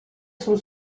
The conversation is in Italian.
sul